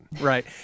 right